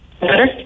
Better